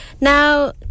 Now